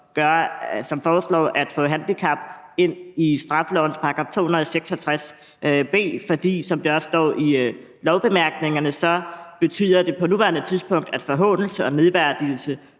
ændringsforslag om at få handicap med ind i straffelovens § 266 b. Som der også står i lovbemærkningerne, betyder det, der er med på nuværende tidspunkt, at forhånelse og nedværdigelse